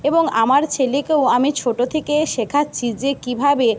এবং আমার ছেলেকেও আমি ছোটো থেকে শেখাচ্ছি যে কীভাবে